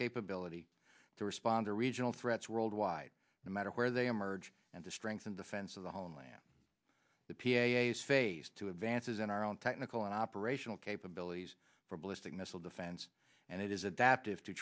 capability to respond to regional threats worldwide no matter where they emerge and the strength and defense of the homeland the p a s phase two advances in our own technical and operational capabilities for ballistic missile defense and it is adaptive